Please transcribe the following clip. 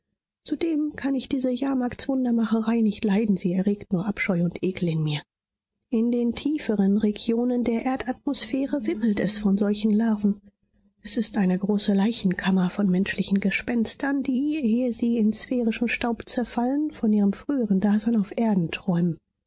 zudem kann ich diese jahrmarktswundermacherei nicht leiden sie erregt nur abscheu und ekel in mir in den tieferen regionen der erdatmosphäre wimmelt es von solchen larven es ist eine große leichenkammer von menschlichen gespenstern die ehe sie in sphärischen staub zerfallen von ihrem früheren dasein auf erden träumen